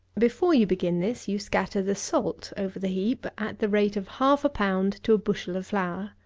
before you begin this, you scatter the salt over the heap at the rate of half a pound to a bushel of flour.